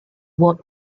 what